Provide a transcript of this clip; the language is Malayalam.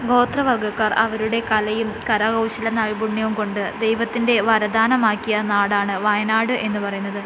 ഗോത്ര വർഗ്ഗക്കാർ അവരുടെ കലയും കരകൗശല നൈപുണ്യവും കൊണ്ട് ദൈവത്തിന്റെ വരദാനം ആക്കിയ നാടാണ് വയനാട് എന്നു പറയുന്നത്